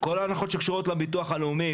כל ההנחות שקשורות לביטוח הלאומי,